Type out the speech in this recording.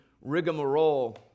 rigmarole